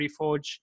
Reforge